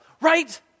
Right